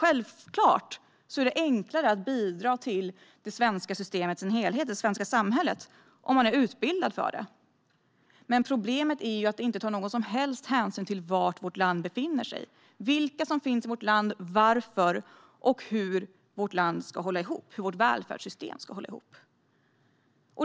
Självfallet är det enklare att bidra till det svenska systemet i dess helhet och det svenska samhället om man är utbildad för det. Men problemet är att detta inte tar någon som helst hänsyn till var vårt land befinner sig, vilka som finns i vårt land och varför samt hur vårt land och vårt välfärdssystem ska hålla ihop.